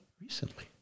recently